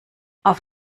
auf